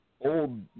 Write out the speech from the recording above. old